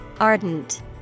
Ardent